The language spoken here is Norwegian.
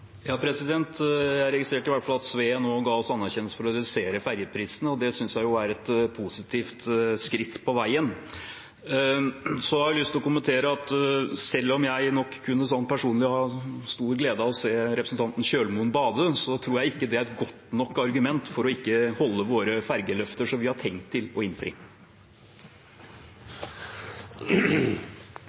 Jeg registrerte i hvert fall at Sve nå ga oss anerkjennelse for å redusere ferjeprisene, og det synes jeg er et positivt skritt på veien. Så har jeg lyst til å kommentere at selv om jeg nok personlig kunne hatt stor glede av å se representanten Kjølmoen bade, tror jeg ikke det er et godt nok argument for ikke å holde ferjeløftene våre, som vi har tenkt å innfri.